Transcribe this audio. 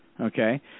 Okay